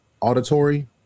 auditory